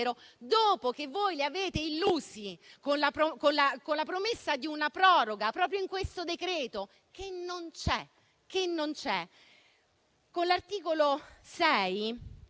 dopo che voi li avete illusi con la promessa di una proroga, proprio in questo decreto, che non c'è. Con l'articolo 6